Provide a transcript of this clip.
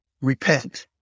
repent